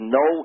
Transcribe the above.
no